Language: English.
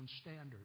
standards